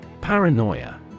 Paranoia